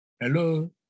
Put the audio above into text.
hello